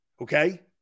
Okay